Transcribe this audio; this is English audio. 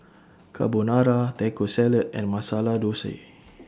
Carbonara Taco Salad and Masala Dosa